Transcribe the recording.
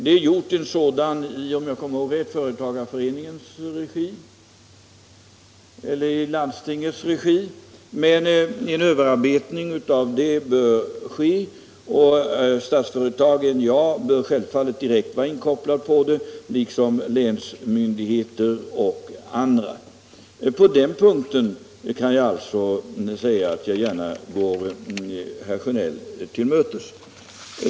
Det har gjorts en sådan utredning i företagareföreningens eller i landstingets regi, men en överarbetning av denna bör ske, och Statsföretag och NJA bör liksom länsmyndigheter och andra självfallet vara inkopplade. På den här punkten går jag gärna herr Sjönell till mötes.